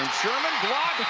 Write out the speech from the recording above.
sherman blocks